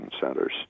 centers